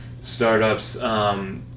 startups